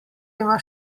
ima